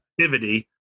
activity